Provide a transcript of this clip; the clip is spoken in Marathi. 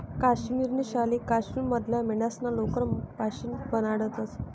काश्मिरी शाली काश्मीर मधल्या मेंढ्यास्ना लोकर पाशीन बनाडतंस